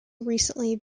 recently